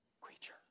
creature